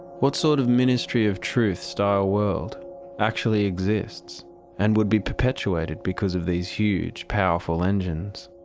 what sort of ministry of truth style world actually exists and would be perpetuated because of these huge powerful engines?